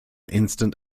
instant